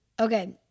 okay